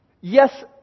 Yes